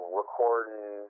recording